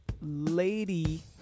Lady